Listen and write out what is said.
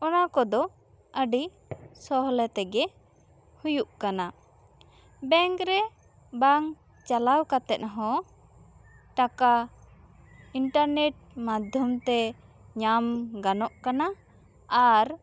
ᱚᱱᱟ ᱠᱚᱫᱚ ᱟᱹᱰᱤ ᱥᱚᱦᱞᱮ ᱛᱮᱜᱮ ᱦᱩᱭᱩᱜ ᱠᱟᱱᱟ ᱵᱮᱝᱠ ᱨᱮ ᱵᱟᱝ ᱪᱟᱞᱟᱣ ᱠᱟᱛᱮᱜ ᱦᱚᱸ ᱴᱟᱠᱟ ᱤᱱᱴᱟᱨᱱᱮᱴ ᱢᱟᱫᱷᱭᱚᱢ ᱛᱮ ᱧᱟᱢ ᱜᱟᱱᱚᱜ ᱠᱟᱱᱟ ᱟᱨ